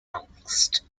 angst